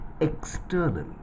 external